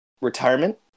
retirement